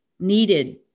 needed